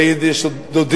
לילד יש דודים,